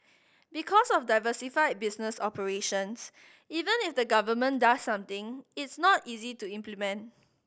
because of diversified business operations even if the Government does something it's not easy to implement